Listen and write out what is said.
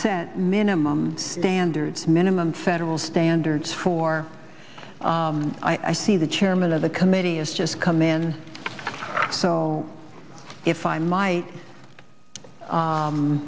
set minimum standard minimum federal standards for i see the chairman of the committee has just come in so if i might